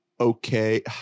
okay